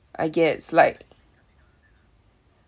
I guess like